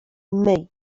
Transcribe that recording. myj